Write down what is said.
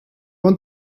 want